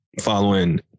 following